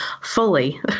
fully